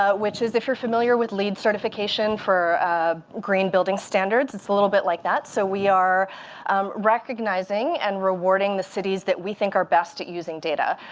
ah which is, if your familiar with lead certification for ah green building standards, it's a little bit like that. so we are um recognizing and rewarding the cities that we think are best at using data.